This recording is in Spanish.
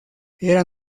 era